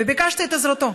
וביקשתי את עזרתו.